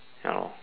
you know